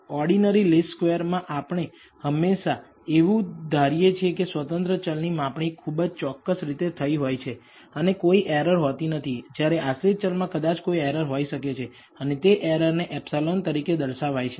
ordinary least square માં આપણે હંમેશા એવું ધારીએ છીએ કે સ્વતંત્ર ચલ ની માપણી ખૂબ જ ચોક્કસ રીતે થઈ હોય છે અને કોઈ એરર હોતી નથી જ્યારે આશ્રિત ચલમાં કદાચ કોઈ એરર હોઈ શકે છે અને તે એરર ને ε તરીકે દર્શાવે છે